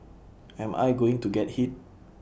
am I going to get hit